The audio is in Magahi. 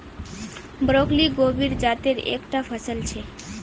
ब्रोकली गोभीर जातेर एक टा फसल छे